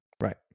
Right